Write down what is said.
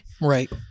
Right